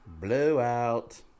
Blowout